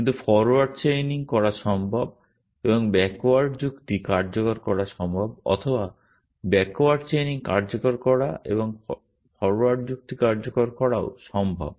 কিন্তু forward chaining করা সম্ভব এবং ব্যাকওয়ার্ড যুক্তি কার্যকর করা সম্ভব অথবা ব্যাকওয়ার্ড চেইনিং কার্যকর করা এবং ফরওয়ার্ড যুক্তি কার্যকর করাও সম্ভব